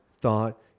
thought